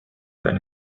than